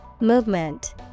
movement